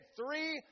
three